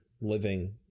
living